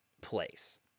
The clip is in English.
place